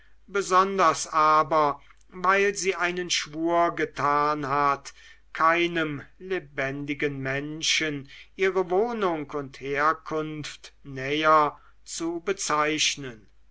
besonders aber weil sie einen schwur getan hat keinem lebendigen menschen ihre wohnung und herkunft näher zu bezeichnen